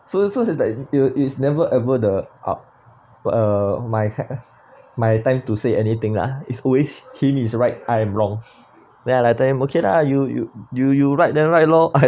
so this so is like you it's never ever the up uh my ha~ my time to say anything lah it's always him is right I am wrong then I like tell him okay lah you you you you right then right lor I